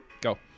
Go